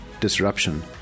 disruption